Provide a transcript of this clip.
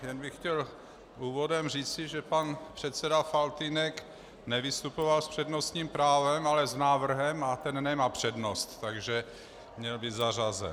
Jen bych chtěl úvodem říci, že pan předseda Faltýnek nevystupoval s přednostním právem, ale s návrhem, a ten nemá přednost, takže měl být zařazen.